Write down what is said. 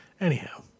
Anyhow